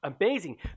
amazing